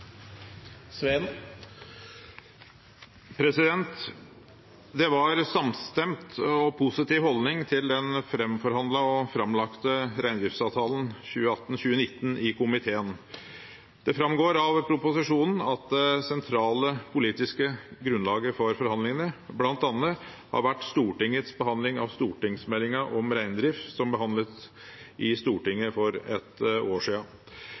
anses vedtatt. Det var en samstemt og positiv holdning til den framforhandlede og framlagte reindriftsavtalen 2018/2019 i komiteen. Det framgår av proposisjonen at det sentrale politiske grunnlaget for forhandlingene bl.a. har vært Stortingets behandling av stortingsmeldingen om reindrift, som ble behandlet i Stortinget for et år